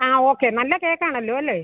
ആ ഓക്കെ നല്ല കേക്ക് ആണല്ലോ അല്ലേ